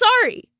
sorry